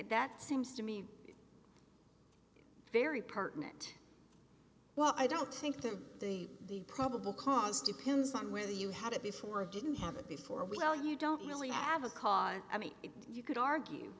that seems to me very pertinent well i don't think that the probable cause depends on whether you had it before of didn't have it before we know you don't really have a cause i mean you could argue